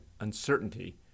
uncertainty